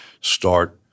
start